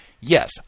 Yes